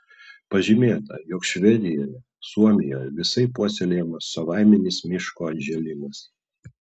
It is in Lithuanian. pažymėta jog švedijoje suomijoje visaip puoselėjamas savaiminis miško atžėlimas